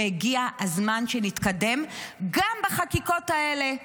והגיע הזמן שנתקדם גם בחקיקות האלה.